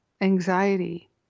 anxiety